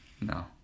No